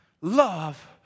love